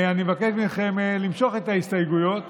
אני מבקש מכם למשוך את ההסתייגויות